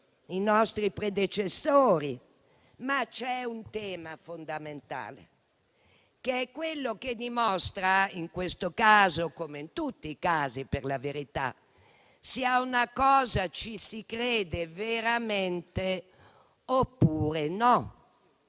i nostri predecessori. Vi è, però, un tema fondamentale, che dimostra, in questo caso come in tutti i casi per la verità, se ad una questione ci si crede veramente oppure no.